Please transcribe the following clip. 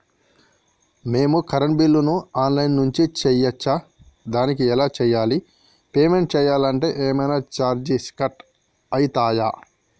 మేము కరెంటు బిల్లును online నుంచి చేయచ్చా? దానికి ఎలా చేయాలి? పేమెంట్ చేయాలంటే ఏమైనా చార్జెస్ కట్ అయితయా?